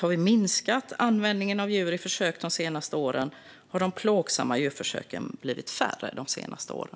Har vi minskat användningen av djur i försök de senaste åren? Har de plågsamma djurförsöken blivit färre de senaste åren?